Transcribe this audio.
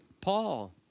Paul